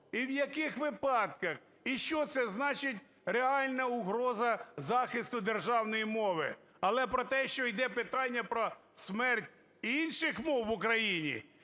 і в яких випадках? І що це значить – "реальна загроза захисту державної мови"? Але про те, що йде питання про смерть інших мов в Україні,